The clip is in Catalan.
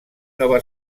nova